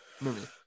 movie